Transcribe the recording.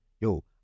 yo